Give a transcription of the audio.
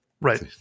right